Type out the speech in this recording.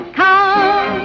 come